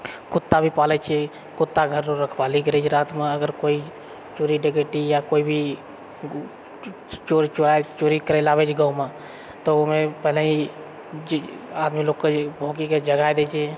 कुत्ता भी पालै छी कुत्ता घरो रखबाली करैत छै रातमे अगर कोई चोरी डकैती या कोइ भी चोर चोरा चोरी करै लऽ आबै छै गाँवमे तऽ ओ मे पहिलहि जे आदमी लोककेँ जे भौकके जगा दए छै